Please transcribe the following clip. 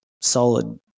solid